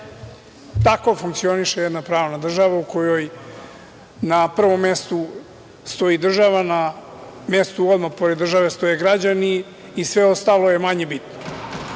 Tako funkcioniše jedna pravna država u kojoj na prvom mestu stoji država, na mestu odmah pored države stoje građani i sve ostalo je manje bitno. Ako